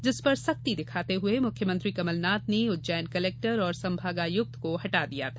जिस पर सख्ती दिखाते हुए मुख्यमंत्री कमलनाथ ने उज्जैन कलेक्टर और संभागायुक्त को हटा दिया था